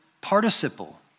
participle